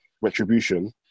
retribution